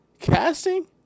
casting